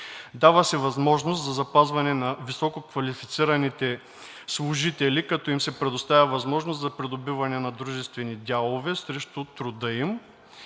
Дава се възможност за запазване на висококвалифицираните служители, като им се предоставя възможност за придобиване на дружествени дялове срещу труда им.